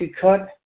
cut